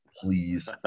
Please